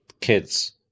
kids